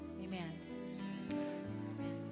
amen